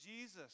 jesus